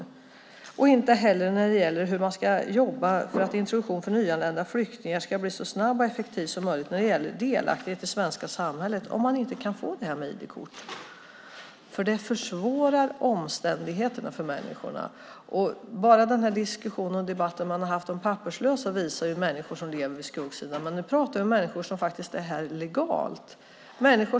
Jag kan inte heller förstå hur man ska jobba för att introduktionen för nyanlända flyktingar ska bli så snabb och effektiv som möjligt när det gäller delaktighet i det svenska samhället om man inte kan få ID-kort. Det försvårar omständigheterna för människor. Diskussionen och debatten om papperslösa visar människor som lever på skuggsidan, men nu talar vi om människor som är här legalt.